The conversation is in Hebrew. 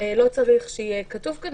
לא צריך שיהיה כתוב כאן.